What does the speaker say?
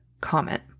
comment